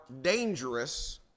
dangerous